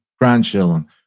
grandchildren